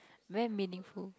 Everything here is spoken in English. where meaningful